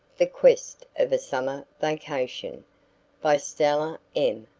the quest of a summer vacation by stella m.